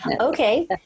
Okay